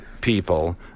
people